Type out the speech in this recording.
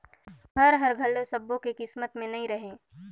घर हर घलो सब्बो के किस्मत में नइ रहें